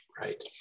Right